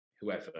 whoever